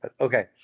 Okay